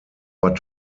bad